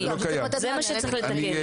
זה מה שצריך לתקן.